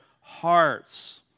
hearts